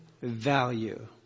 value